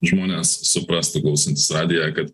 žmonės suprastų klausantys radiją kad